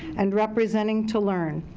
and representing to learn.